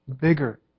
bigger